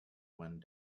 one